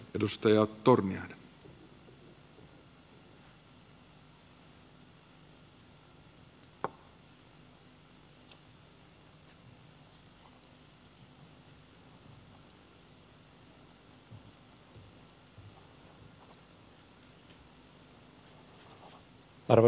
arvoisa herra puhemies